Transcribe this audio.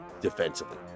defensively